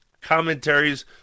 Commentaries